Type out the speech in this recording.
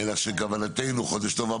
חודש טוב.